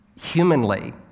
humanly